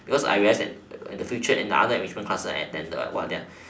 because I realize like when the future and the other enrichment classes I attended their